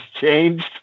changed